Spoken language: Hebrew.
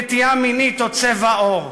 נטייה מינית או צבע עור.